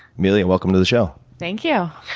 amelia, welcome to the show. thank you.